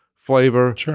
Flavor